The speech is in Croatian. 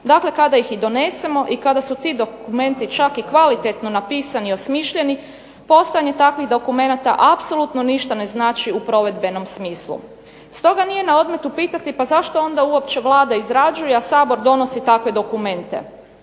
Dakle, kada ih i donesemo i kada su ti dokumenti čak i kvalitetno napisani, osmišljeni, postojanje takvih dokumenata apsolutno ništa ne znači u provedbenom smislu. Stoga nije na odmet upitati pa zašto onda uopće Vlada izrađuje, a Sabor donosi takve dokumente.